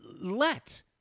Let